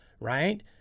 Right